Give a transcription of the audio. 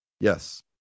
Yes